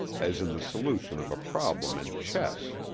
as in the solution of a problem in chess!